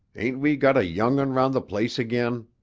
ain't we got a young'un round the place again?